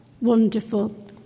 wonderful